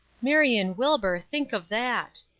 marion wilbur, think of that!